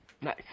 Nice